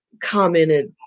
commented